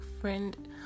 friend